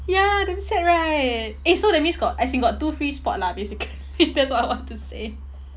ya damn sad right eh so that means got as in got two free spot lah basically that's what I want to say